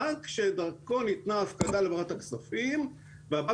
הבנק שדרכו ניתנה ההפקדה להעברת הכספים והבנק